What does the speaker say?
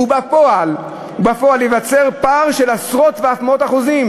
ובפועל ייווצר פער של עשרות ואף מאות אחוזים